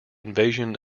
invasion